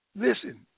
Listen